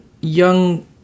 young